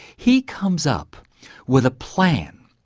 he comes up with a plan,